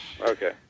Okay